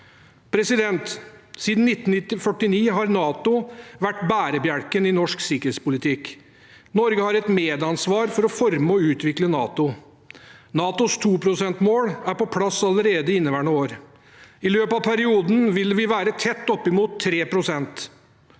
prioriteringer. Siden 1949 har NATO vært bærebjelken i norsk sikkerhetspolitikk. Norge har et medansvar for å forme og utvikle NATO. NATOs 2-prosentmål er på plass allerede i inneværende år. I løpet av perioden vil vi være tett oppimot 3